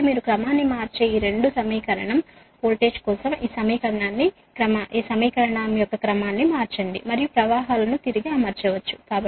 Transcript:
కాబట్టి మీరు క్రమాన్ని మార్చే ఈ రెండు సమీకరణం వోల్టేజ్ కోసం ఈ సమీకరణాన్ని క్రమాన్ని మార్చండి మరియు ప్రవాహాలను తిరిగి అమర్చవచ్చు